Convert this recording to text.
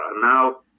Now